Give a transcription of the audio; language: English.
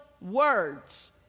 words